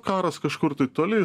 karas kažkur tai toli